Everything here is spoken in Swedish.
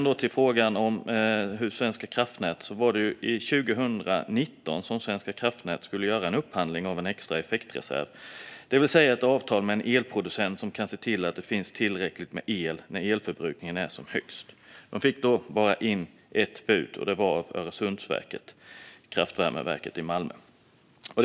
År 2019 skulle Svenska kraftnät göra en upphandling av en extra effektreserv, det vill säga ett avtal med en elproducent som kan se till att det finns tillräckligt med el när elförbrukningen är som högst. Man fick då bara in ett bud, och det var från Öresundsverket, kraftvärmeverket i Malmö.